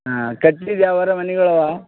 ಹಾಂ ಕಟ್ಟಿದ್ದು ಯಾವಾರು ಮನೆಗಳವಾ